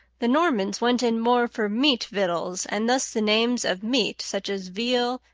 the normans went in more for meat victuals, and thus the names of meat, such as veal,